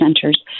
centers